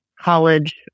college